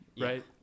right